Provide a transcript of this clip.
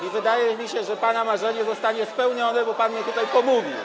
I wydaje mi się, że pana marzenie zostanie spełnione, bo pan mnie tutaj pomówił.